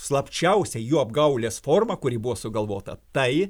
slapčiausia jų apgaulės forma kuri buvo sugalvota tai